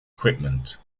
equipment